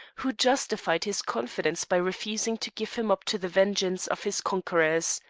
who justified his confidence by refusing to give him up to the vengeance of his conquerors.